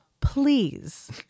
please